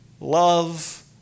love